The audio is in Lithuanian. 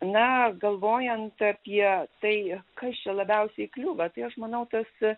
na galvojant apie tai kas čia labiausiai kliūva tai aš manau tas